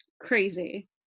Crazy